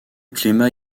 climat